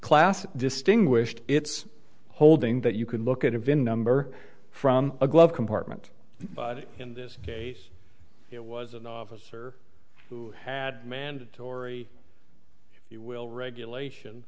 class distinguished it's holding that you can look at a vin number from a glove compartment but in this case it was an officer who had mandatory it will regulation